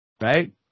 right